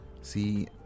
see